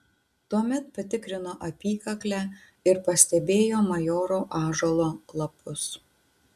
tuomet patikrino apykaklę ir pastebėjo majoro ąžuolo lapus